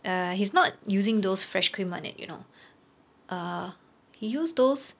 err he's not using those fresh cream [one] eh you know not ah he use those